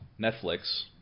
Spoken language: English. Netflix